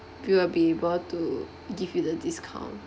we will be able to give you the discount